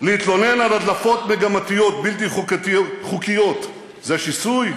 להתלונן על הדלפות מגמתיות בלתי חוקיות זה שיסוי?